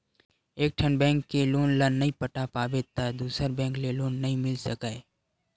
एकठन बेंक के लोन ल नइ पटा पाबे त दूसर बेंक ले लोन नइ मिल सकय